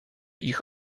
ich